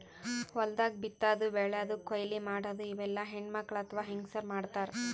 ಹೊಲ್ದಾಗ ಬಿತ್ತಾದು ಬೆಳ್ಯಾದು ಕೊಯ್ಲಿ ಮಾಡದು ಇವೆಲ್ಲ ಹೆಣ್ಣ್ಮಕ್ಕಳ್ ಅಥವಾ ಹೆಂಗಸರ್ ಮಾಡ್ತಾರ್